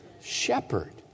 Shepherd